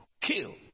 kill